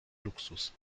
luxus